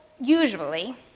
usually